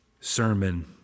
sermon